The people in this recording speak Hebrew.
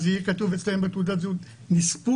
אז יהיה כתוב להם בתעודת הזהות נספו?